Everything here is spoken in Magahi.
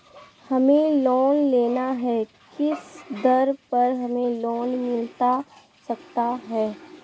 हमें लोन लेना है किस दर पर हमें लोन मिलता सकता है?